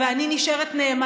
את מורדת, מה לעשות?